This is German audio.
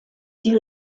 die